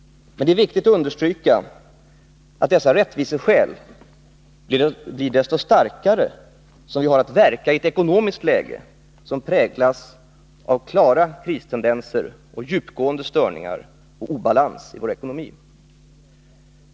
Men det är viktigt att understryka att dessa rättviseskäl blir desto starkare som vi har att verka i ett ekonomiskt läge som präglas av klara kristendenser och djupgående störningar samt obalans i vår ekonomi.